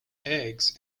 eggs